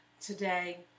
today